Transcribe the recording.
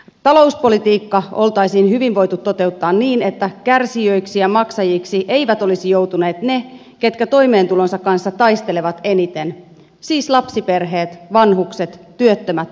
talouspolitiikka oltaisiin hyvin voitu toteuttaa niin että kärsijöiksi ja maksajiksi eivät olisi joutuneet ne jotka toimeentulonsa kanssa taistelevat eniten siis lapsiperheet vanhukset työttömät ja opiskelijat